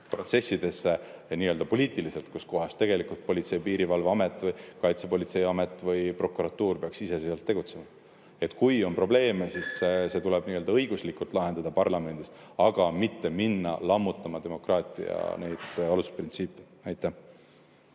protsessidesse ja nii-öelda poliitiliselt, kus tegelikult peaks Politsei- ja Piirivalveamet või Kaitsepolitseiamet või prokuratuur iseseisvalt tegutsema. Kui on probleeme, siis need tuleb õiguslikult lahendada parlamendis, aga mitte minna lammutama demokraatia alusprintsiipe. Aitäh,